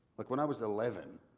like when i was eleven,